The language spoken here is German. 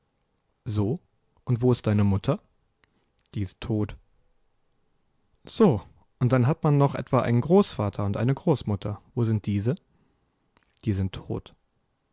so und wo ist deine mutter die ist tot so und dann hat man noch etwa einen großvater und eine großmutter wo sind diese die sind tot